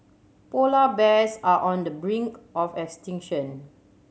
polar bears are on the brink of extinction